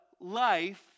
life